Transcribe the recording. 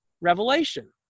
revelation